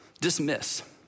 dismiss